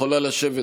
את יכולה לשבת,